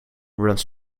runs